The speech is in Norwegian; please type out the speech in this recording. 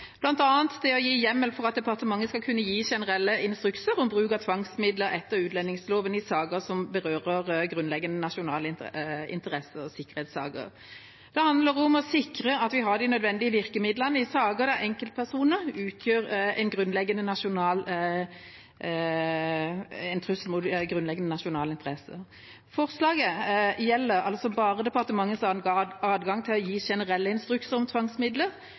det å gi hjemmel for at departementet skal kunne gi generelle instrukser om bruk av tvangsmidler etter utlendingsloven i saker som berører grunnleggende nasjonale interesser og sikkerhetssaker. Det handler om å sikre at vi har de nødvendige virkemidlene i saker der enkeltpersoner utgjør en trussel mot grunnleggende nasjonale interesser. Forslaget gjelder altså bare departementets adgang til å gi generelle instrukser om tvangsmidler,